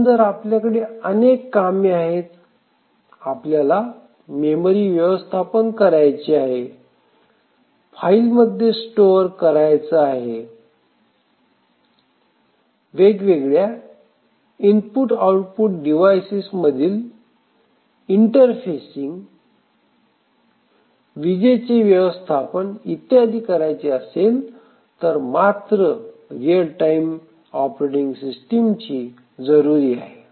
पण जर आपल्याकडे अनेक कामे आहेत आपल्याला मेमरी व्यवस्थापन करायचे आहे फाईलमध्ये स्टोअर करायचा आहे networking graphics displays वेगवेगळ्या IO डिवाइस मधील interfacing interfacing between a wide range of IO devices buffering of the IO applications security विजेचे व्यवस्थापन इत्यादी करायचे असेल तर मात्र रियल टाइम ऑपरेटिंग सिस्टिमची जरुरी आहे